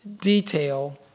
detail